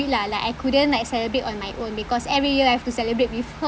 lah like I couldn't like celebrate on my own because every year I have to celebrate with her